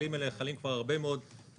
הכללים האלה חלים כבר הרבה מאוד שנים.